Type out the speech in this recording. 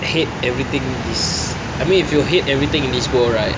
hate everything this I mean if you hate everything in this world right